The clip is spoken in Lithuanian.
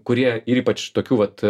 kurie ir ypač tokių vat